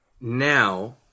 now